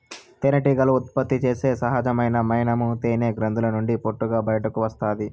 తేనెటీగలు ఉత్పత్తి చేసే సహజమైన మైనము తేనె గ్రంధుల నుండి పొట్టుగా బయటకు వస్తాది